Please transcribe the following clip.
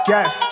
Yes